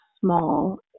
small